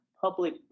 public